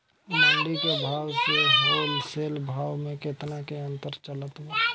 मंडी के भाव से होलसेल भाव मे केतना के अंतर चलत बा?